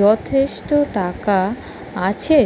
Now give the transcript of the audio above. যথেষ্ট টাকা আছে